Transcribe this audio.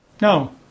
No